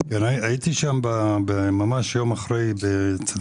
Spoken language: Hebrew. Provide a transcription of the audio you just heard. הייתי אצל החקלאים ממש יום אחרי זה.